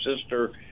sister